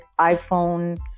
iPhone